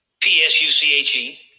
p-s-u-c-h-e